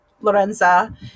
Lorenza